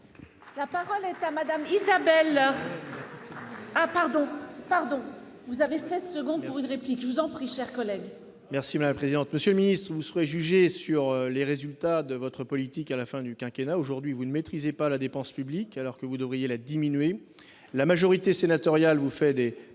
La parole est à madame d'Isabelle ah pardon. Pardon, vous avez 16 secondes mais une réplique, je vous en prie, chers collègues. Merci la présidente, monsieur le ministre, vous serez jugés sur les résultats de votre politique à la fin du quinquennat aujourd'hui vous ne maîtrisez pas la dépense publique, alors que vous devriez la diminuer la majorité sénatoriale vous fait des